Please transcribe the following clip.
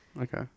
Okay